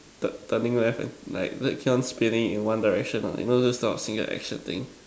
the turning left and like spinning keep on spinning in one Direction ah you know those kind of single action thing